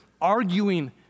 arguing